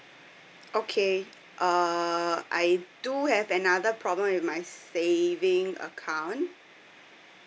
okay uh I do have another problem with my saving account